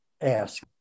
ask